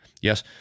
Yes